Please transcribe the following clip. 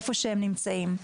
איפה שהם נמצאים.